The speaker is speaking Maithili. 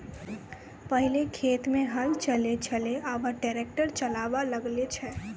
पहिलै खेत मे हल चलै छलै आबा ट्रैक्टर चालाबा लागलै छै